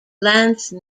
lance